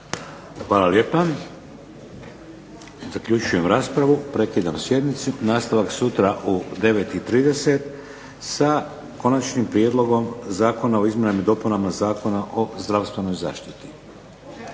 Hvala lijepa. Zaključujem raspravu. Prekidam sjednicu. Nastavak sutra u 9,30 sa Konačnim prijedlogom Zakona o izmjenama i dopunama Zakona o zdravstvenoj zaštiti,